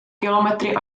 kilometry